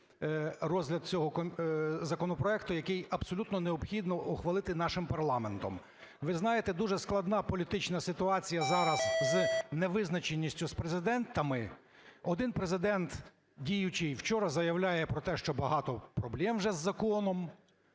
розгляд цього законопроекту, який абсолютно необхідно ухвалити нашим парламентом. Ви знаєте, дуже складна політична ситуація зараз з невизначеністю з президентами. Один президент діючий вчора заявляє про те, що багато проблем вже з законом.